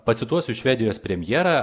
pacituosiu švedijos premjerą